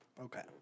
Okay